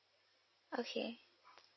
okay